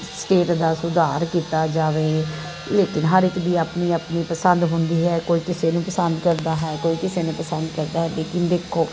state ਦਾ ਸੁਧਾਰ ਕੀਤਾ ਜਾਵੇ ਲੇਕਿਨ ਹਰ ਇੱਕ ਦੀ ਆਪਣੀ ਆਪਣੀ ਪਸੰਦ ਹੁੰਦੀ ਹੈ ਕੋਈ ਕਿਸੇ ਨੂੰ ਪਸੰਦ ਕਰਦਾ ਹੈ ਕੋਈ ਕਿਸੇ ਨੂੰ ਪਸੰਦ ਕਰਦਾ ਹੈ ਲੇਕਿਨ ਦੇਖੋ